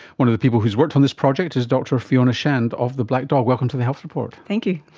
one of the people who has worked on this project is dr fiona shand of the black dog. welcome to the health report. thank you.